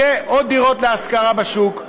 יהיו עוד דירות להשכרה בשוק,